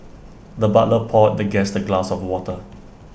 the butler poured the guest A glass of water